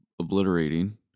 Obliterating